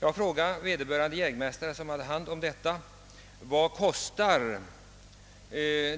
När jag frågade vederbörande jägmästare vad